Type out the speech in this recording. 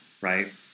right